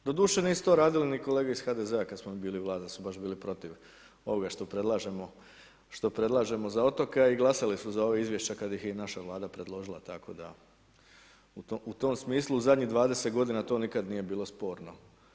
Doduše, nisu to radile ni kolege iz HDZ-a kada smo mi bili vlada, su baš bili protiv ovoga što predlažemo za otoke a i glasali su za ova izvješća kada ih je i naša vlada predložila, tako da u tom smislu, u zadnjih 20 g. to nikada nije bilo sporno.